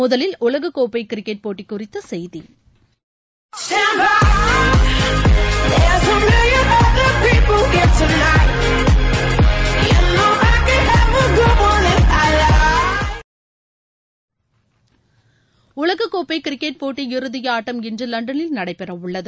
முதலில் உலகக்கோப்பை கிரிக்கெட் போட்டி குறித்த செய்திகள் உலகக்கோப்பை கிரிக்கெட் போட்டி இறுதி ஆட்டம் இன்று லண்டனில் நடைபெறவுள்ளது